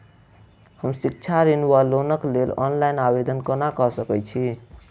हम शिक्षा ऋण वा लोनक लेल ऑनलाइन आवेदन कोना कऽ सकैत छी?